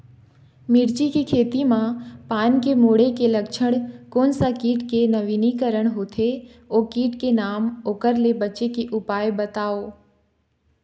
मिर्ची के खेती मा पान के मुड़े के लक्षण कोन सा कीट के नवीनीकरण होथे ओ कीट के नाम ओकर ले बचे के उपाय बताओ?